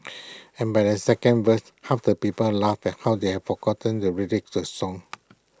and by the second verse half the people laughed at how they have forgotten the lyrics the song